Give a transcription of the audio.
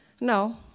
No